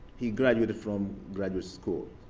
he graduated from graduate school,